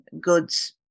goods